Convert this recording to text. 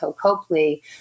Copley